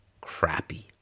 crappy